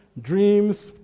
dreams